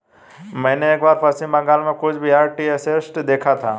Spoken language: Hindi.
मैंने एक बार पश्चिम बंगाल में कूच बिहार टी एस्टेट देखा था